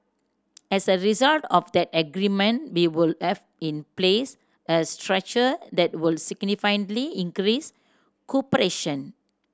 as a result of that agreement we would have in place a structure that would significantly increase cooperation